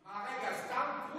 אה, רגע, סתם כרוב או ראש כרוב?